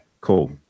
Cool